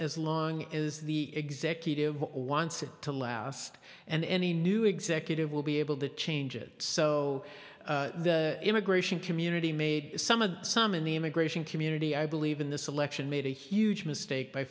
as long as the executive wants it to last and any new executive will be able to change it so the immigration community made some of the some in the immigration community i believe in this election made a huge mistake by